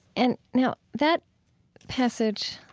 and now that passage,